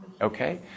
okay